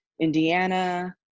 Indiana